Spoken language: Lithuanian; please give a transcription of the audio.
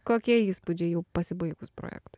kokie įspūdžiai jau pasibaigus projektui